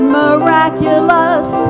miraculous